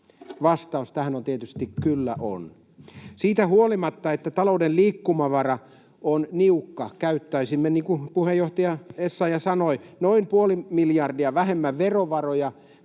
Vastaus tähän on tietysti: kyllä on. Siitä huolimatta, että talouden liikkumavara on niukka, käyttäisimme, niin kuin puheenjohtaja Essayah sanoi, noin puoli miljardia vähemmän verovaroja